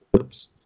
Oops